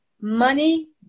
money